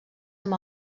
amb